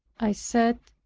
i said,